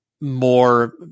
more